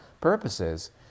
purposes